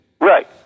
right